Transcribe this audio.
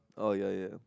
oh yeah yeah